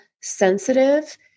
sensitive